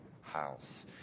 house